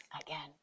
again